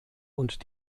und